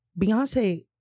Beyonce